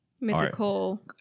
Mythical